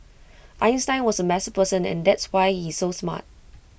Einstein was A messy person and that's why he's so smart